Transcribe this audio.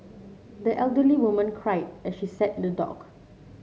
the elderly woman cried as she sat in the dock